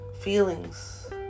feelings